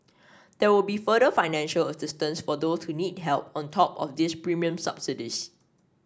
there will be further financial assistance for those who need help on top of these premium subsidies